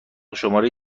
شماره